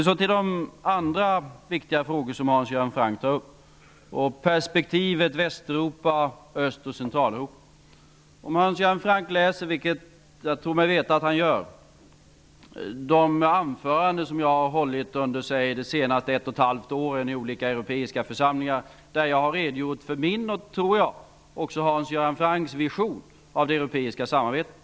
Så till en av de andra viktiga frågor som Hans Göran Franck tar upp: perspektivet Västeuropa-- Öst och Centraleuropa. Jag tror mig veta att Hans Göran Franck läser de anföranden som jag har hållit under de senaste ett och ett halvt åren i olika europeiska församlingar. Jag har redogjort för min och -- tror jag -- också Hans Göran Francks vision av det europeiska samarbetet.